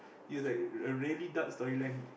it was like a really dark storyline